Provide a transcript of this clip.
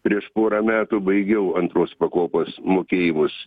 prieš porą metų baigiau antros pakopos mokėjimus